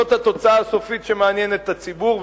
זאת התוצאה הסופית שמעניינת את הציבור,